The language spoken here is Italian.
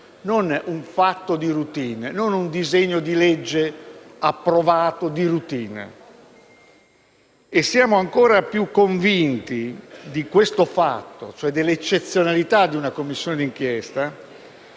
non un fatto di *routine*, non un disegno di legge approvato di *routine*. E siamo ancora più convinti dell'eccezionalità di una Commissione d'inchiesta